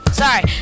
Sorry